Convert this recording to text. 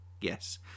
yes